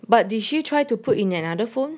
but did she try to put in another phone